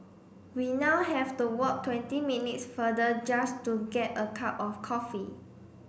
we now have to walk twenty minutes farther just to get a cup of coffee